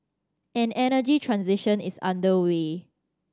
an energy transition is underway